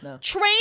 Train